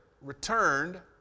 returned